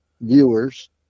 viewers